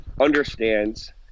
understands